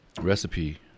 recipe